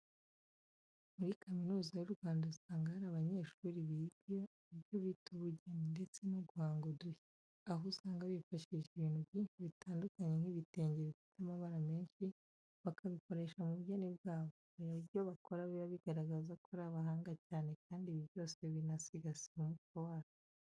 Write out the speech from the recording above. Muri Kaminuza y'u Rwanda usanga hari abanyeshuri biga ibyo bita ubugeni ndetse no guhanga udushya, aho usanga bifashisha ibintu byinshi bitandukanye nk'ibitenge bifite amabara menshi, bakabikoresha mu bugeni bwabo. Hari ibyo bakora biba bigaragaza ko ari abahanga cyane kandi ibi byose binasigasira umuco wacu.